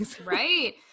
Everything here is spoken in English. Right